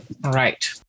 Right